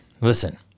listen